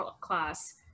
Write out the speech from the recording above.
class